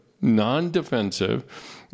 non-defensive